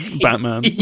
Batman